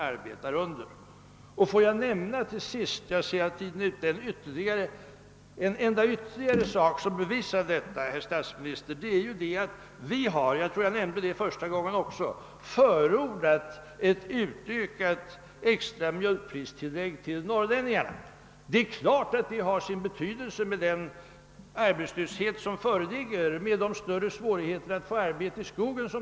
Eftersom tiden för det här inlägget snart är ute vill jag slutligen bara säga ytterligare en sak som visar vad jag här sagt och som jag tror att jag också nämnde i mitt första anförande. Vi har förordat ett ökat extra mjölkpristillägg till norrlänningarna. Självfallet har det sin betydelse med den arbetslöshet som råder i Norrland och de svårigheter man där har att få arbete i skogen.